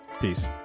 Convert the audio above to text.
Peace